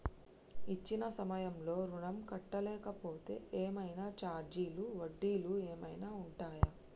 ఇచ్చిన సమయంలో ఋణం కట్టలేకపోతే ఏమైనా ఛార్జీలు వడ్డీలు ఏమైనా ఉంటయా?